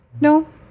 No